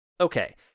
Okay